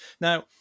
Now